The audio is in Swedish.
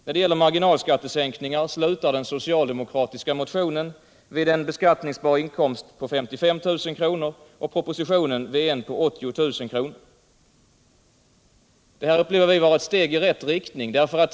När det gäller marginalskattesänkningar slutar den socialdemokratiska motionen vid en beskatt 95 Vi upplever förslaget i propositionen som ett steg i rätt riktning.